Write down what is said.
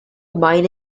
mine